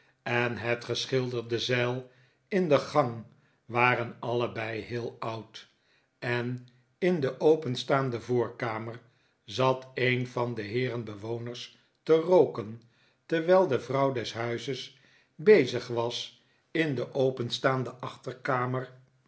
en net geschilderde zeil in de gang waren allebei heel oud en in de openstaande voorkamer zat een van de heeren bewoners te rooken terwijl de vrouw des huizes bezig was in de openstaande achterkamer